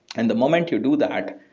and the moment you do that,